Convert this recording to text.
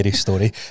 story